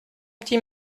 petit